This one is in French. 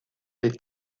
les